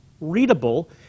readable